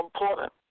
important